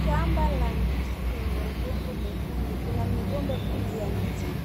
Shamba la ndizi lenye udongo mwekundu kuna migomba mingi ya ndizi